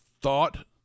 thought